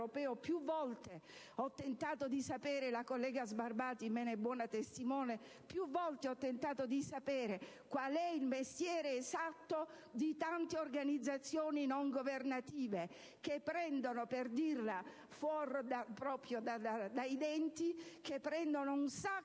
me ne è buona testimone - qual è il mestiere esatto di tante organizzazioni non governative che prendono, per dirla fuori dai denti, un sacco di